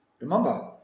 Remember